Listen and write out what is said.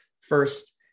first